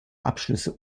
abschlüsse